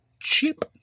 cheap